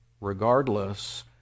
regardless